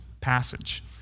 passage